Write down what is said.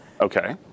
Okay